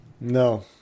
No